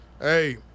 Hey